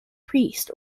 priest